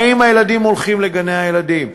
האם הילדים הולכים לגני-הילדים?